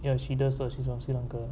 ya she does ah she's from sri lanka